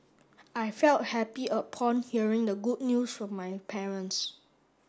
I felt happy upon hearing the good news from my parents